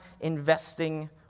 investing